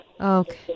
Okay